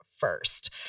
First